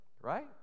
Right